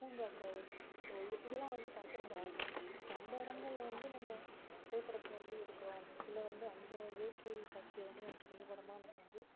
பூங்காக்கள் ஸோ இது இதெல்லாம் வந்து பார்க்க ரொம்ப அழகா இருக்கும் ஸோ அந்த இடங்கள்ல வந்து நம்ம புகைப்படத்தை வந்து எடுக்கிறோம் இல்லை வந்து அந்த இயற்கைக்காட்சியை வந்து நம்ம புகைப்படமாக நம்ம வந்து